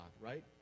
right